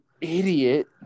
idiot